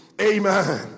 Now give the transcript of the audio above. amen